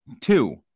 Two